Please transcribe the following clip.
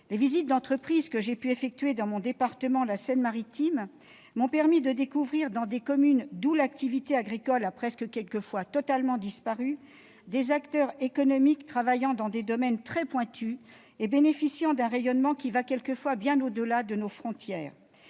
Les visites d'entreprises que j'ai effectuées dans mon département, la Seine-Maritime, m'ont permis de découvrir, dans des communes d'où l'activité agricole a parfois presque entièrement disparu, des acteurs économiques travaillant dans des domaines très pointus et dont le rayonnement s'étend dans certains cas bien au-delà de nos frontières.